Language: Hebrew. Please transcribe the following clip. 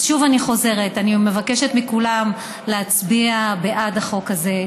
אז שוב אני חוזרת: אני מבקשת מכולם להצביע בעד החוק הזה,